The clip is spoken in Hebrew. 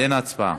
הצבעה?